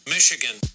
Michigan